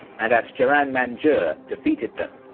at at jaran-manjur defeated them.